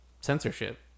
censorship